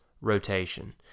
rotation